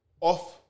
off